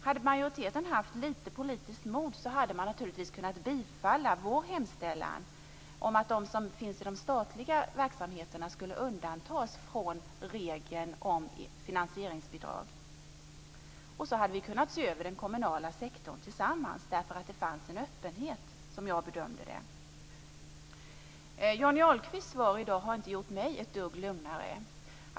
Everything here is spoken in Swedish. Hade majoriteten haft lite politiskt mod hade man naturligtvis kunnat biträda vår hemställan om att de som finns i de statliga verksamheterna skulle undantas från regeln om finansieringsbidrag. Så hade vi kunnat se över den kommunala sektorn tillsammans, därför att det fanns en öppenhet, som jag bedömde det. Johnny Ahlqvist har inte gjort mig ett dugg lugnare i dag.